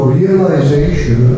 realization